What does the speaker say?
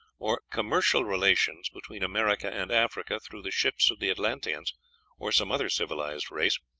or commercial relations between america and africa through the ships of the atlanteans or some other civilized race,